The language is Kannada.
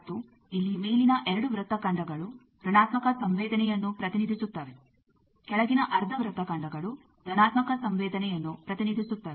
ಮತ್ತು ಇಲ್ಲಿ ಮೇಲಿನ ಎರಡು ವೃತ್ತಖಂಡಗಳು ಋಣಾತ್ಮಕ ಸಂವೇದನೆಯನ್ನು ಪ್ರತಿನಿಧಿಸುತ್ತವೆ ಕೆಳಗಿನ ಅರ್ಧ ವೃತ್ತಖಂಡಗಳು ಧನಾತ್ಮಕ ಸಂವೇದನೆಯನ್ನು ಪ್ರತಿನಿಧಿಸುತ್ತವೆ